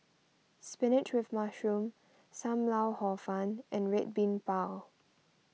Spinach with Mushroom Sam Lau Hor Fun and Red Bean Bao